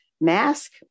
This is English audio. mask